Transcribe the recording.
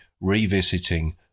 revisiting